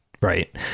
Right